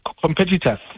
competitors